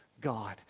God